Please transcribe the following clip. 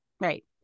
Right